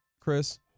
Chris